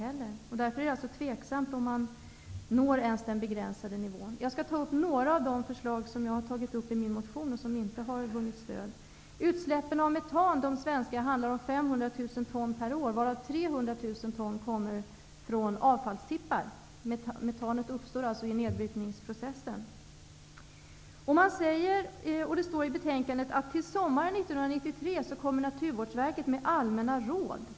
Det är därför tveksamt om man når ens den begränsade nivån. Jag skall ta upp några av de förslag som jag har berört i min motion och som inte har vunnit stöd. De svenska utsläppen av metan är 500 000 ton per år varav 300 000 ton kommer från avfallstippar. Metanet uppstår vid nedbrytningsprocessen. Det står i betänkandet att Naturvårdsverket till sommaren 1993 kommer med allmänna råd.